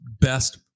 best